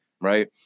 right